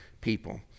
people